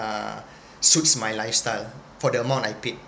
are suits my lifestyle for the amount I paid